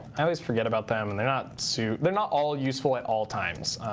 i always forget about them, and they're not so they're not all useful at all times,